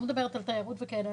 אני לא מדברת על תיירות וכאלה,